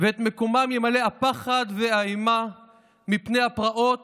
ואת מקומם ימלאו הפחד והאימה מפני הפרעות